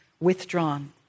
withdrawn